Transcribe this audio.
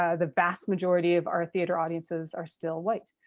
ah the vast majority of our theater audiences are still white.